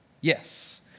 yes